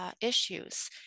issues